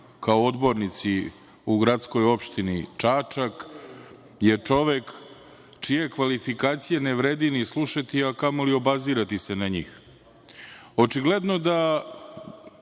kao odbornici u Gradskoj Opštini Čačak, je čovek čije kvalifikacije ne vredi ni slušati, a kamoli obazirati se na